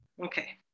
okay